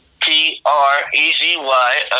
P-R-E-Z-Y